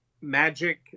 magic